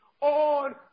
on